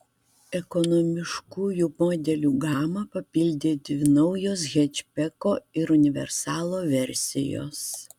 ekonomiškųjų modelių gamą papildė dvi naujos hečbeko ir universalo versijos